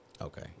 Okay